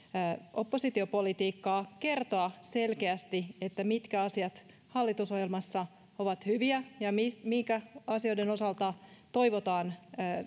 oppositiopolitiikkaa kertoa selkeästi mitkä asiat hallitusohjelmassa ovat hyviä ja minkä asioiden osalta toivotaan